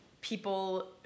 people